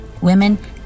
women